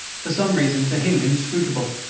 for some reason to him inscrutable.